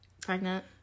pregnant